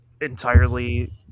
entirely